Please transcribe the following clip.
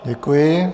Děkuji.